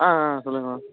ஆ ஆ சொல்லுங்க மேம்